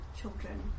children